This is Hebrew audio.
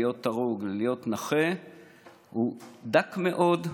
להיות הרוג ולהיות נכה הוא דק מאוד,